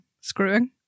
screwing